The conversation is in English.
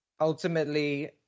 Ultimately